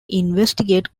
investigate